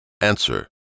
Answer